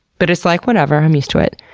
but it's like, whatever, i'm used to it.